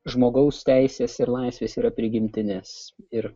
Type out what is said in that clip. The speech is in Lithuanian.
žmogaus teisės ir laisvės yra prigimtinės ir